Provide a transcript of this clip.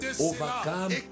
overcome